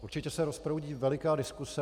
Určitě se rozproudí veliká diskuse.